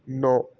ਨੌਂ